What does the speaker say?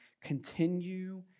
continue